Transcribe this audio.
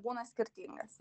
būna skirtingas